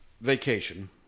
vacation